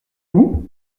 vous